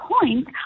point